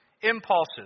impulses